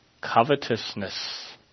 Covetousness